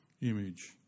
image